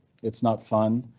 it's not fun,